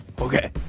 Okay